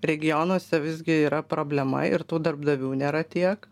regionuose visgi yra problema ir tų darbdavių nėra tiek